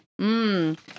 Mmm